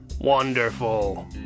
Wonderful